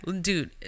dude